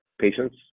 patients